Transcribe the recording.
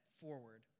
forward